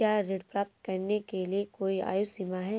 क्या ऋण प्राप्त करने के लिए कोई आयु सीमा है?